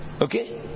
Okay